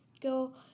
go